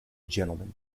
gentleman